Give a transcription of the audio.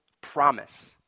promise